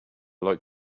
like